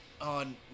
on